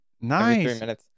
Nice